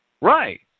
Right